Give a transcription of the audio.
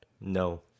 No